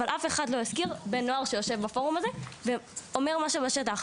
אבל אף אחד לא הזכיר בן נוער שיושב בפורום הזה ואומר מה שבשטח,